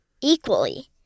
equally